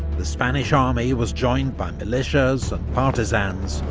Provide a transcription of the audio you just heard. the spanish army was joined by militias and partisans,